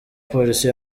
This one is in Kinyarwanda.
polisi